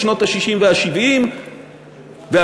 בשנות ה-60 וה-70 וה-80,